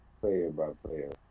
player-by-player